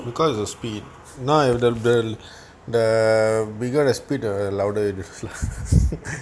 because the speed no the the the bigger the speed the louder it is